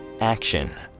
action